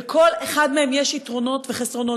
לכל אחד מהם יש יתרונות וחסרונות,